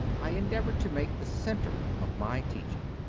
i endeavoured to make the centre of my teaching.